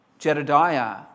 Jedidiah